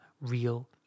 real